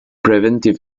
preventive